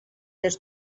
des